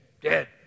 Dead